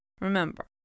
Remember